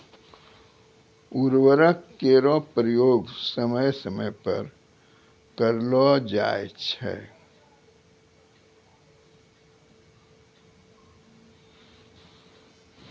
उर्वरक केरो प्रयोग समय समय पर करलो जाय छै